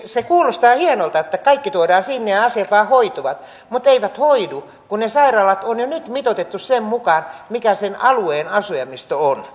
se kuulostaa hienolta että kaikki tuodaan sinne ja asiat vain hoituvat mutta eivät hoidu kun ne sairaalat on jo nyt mitoitettu sen mukaan mikä sen alueen asujaimisto on